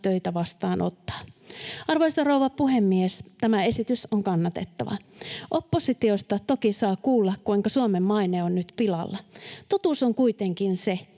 töitä vastaanottaa. Arvoisa rouva puhemies! Tämä esitys on kannatettava. Oppositiosta toki saa kuulla, kuinka Suomen maine on nyt pilalla. Totuus on kuitenkin se,